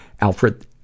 Alfred